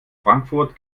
frankfurt